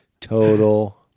Total